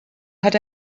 had